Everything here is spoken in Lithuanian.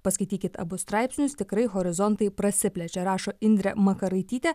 paskaitykit abu straipsnius tikrai horizontai prasiplečia rašo indrė makaraitytė